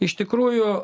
iš tikrųjų